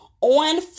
on